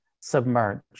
submerged